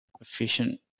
efficient